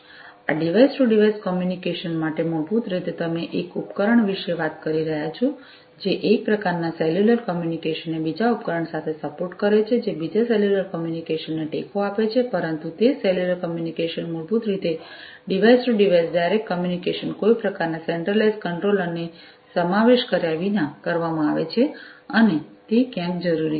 આ device to device communication માટે મૂળભૂત રીતે તમે એક ઉપકરણ વિશે વાત કરી રહ્યા છો જે એક પ્રકારનાં સેલ્યુલર કમ્યુનિકેશન ને બીજા ઉપકરણ સાથે સપોર્ટ કરે છે જે બીજા સેલ્યુલર કમ્યુનિકેશન ને ટેકો આપે છે પરંતુ તે જ સેલ્યુલર કમ્યુનિકેશન મૂળભૂત રીતે device to device direct communication કોઈ પ્રકારનાં સેન્ટ્રલાઇઝ્ડ કંટ્રોલર નો સમાવેશ કર્યા વિના કરવામાં આવે છે અને તે ક્યારેક જરૂરી છે